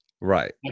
Right